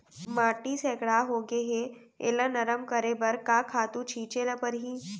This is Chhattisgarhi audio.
माटी सैकड़ा होगे है एला नरम करे बर का खातू छिंचे ल परहि?